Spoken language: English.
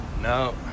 no